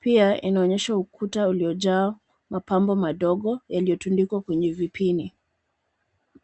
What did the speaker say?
Pia, inaonyesha ukuta uliojaa mapambo madogo yaliyotundikwa kwenye vipini.